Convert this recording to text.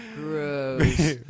Gross